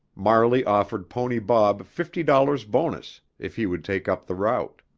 marley offered pony bob fifty dollars bonus if he would take up the route.